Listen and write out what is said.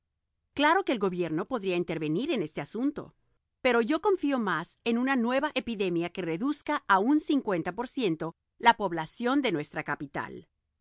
claro que el gobierno podría intervenir en este asunto pero yo confío más en una nueva epidemia que reduzca a un cincuenta por ciento la población de nuestra capital